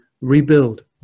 rebuild